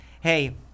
hey –